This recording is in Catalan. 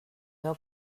veu